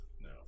No